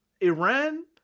Iran